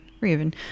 Raven